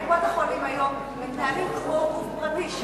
קופות-החולים היום מתנהלות כמו גוף פרטי.